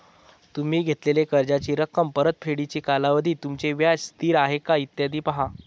तुम्ही घेतलेल्या कर्जाची रक्कम, परतफेडीचा कालावधी, तुमचे व्याज स्थिर आहे का, इत्यादी पहा